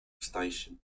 station